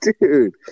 Dude